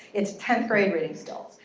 it's tenth grade reading skills.